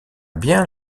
bien